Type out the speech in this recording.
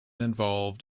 involved